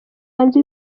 hanze